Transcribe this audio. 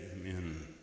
Amen